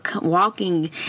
walking